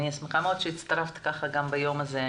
אני שמחה מאוד שהצטרפת ביום הזה.